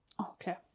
Okay